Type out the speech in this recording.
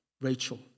Rachel